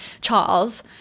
Charles